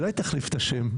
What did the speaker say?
אולי תחליף את השם?